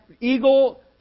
eagle